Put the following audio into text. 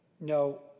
No